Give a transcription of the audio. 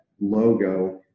logo